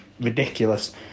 ridiculous